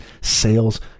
sales